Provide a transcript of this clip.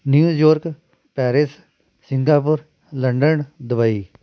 New York Paris Singapore London Dubai